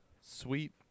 sweet